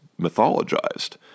mythologized